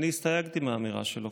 אני הסתייגתי מהאמירה שלו,